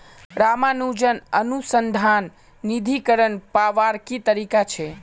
रामानुजन अनुसंधान निधीकरण पावार की तरीका छे